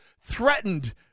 threatened